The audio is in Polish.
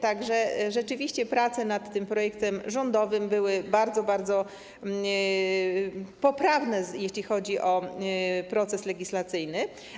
Tak że rzeczywiście prace nad tym projektem rządowym były bardzo, bardzo poprawne, jeśli chodzi o proces legislacyjny.